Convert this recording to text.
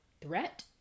threat